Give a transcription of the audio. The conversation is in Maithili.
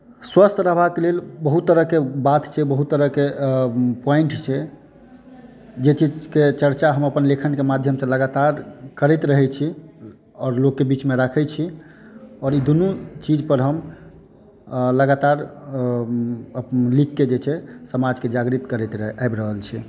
स्वस्थ रहबाक लेल बहुत तरहकेँ बात छै बहुत तरहकेँ पॉइंट छै जे चीजकेँ चर्चा हम अपन लेखनकेँ माध्यम से लगातार करैत रहै छी आओर लोककेँ बीचमे राखै छी आओर ई दुनू चीज पर हम लगातार लिखके जे छै समाजकेँ जागृत करैत आबि रहल छी